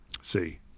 See